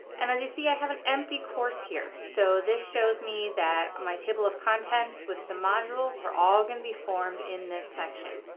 and as you see i have an empty course here. so this shows me that my table of contents with some modules are all going to be formed in this section.